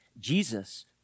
Jesus